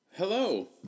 Hello